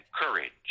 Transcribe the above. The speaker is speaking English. courage